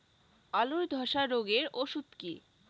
আলুর ধসা রোগের ওষুধ কি?